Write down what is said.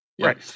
Right